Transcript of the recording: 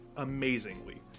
amazingly